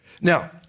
Now